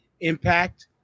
impact